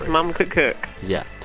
mom could cook yeah.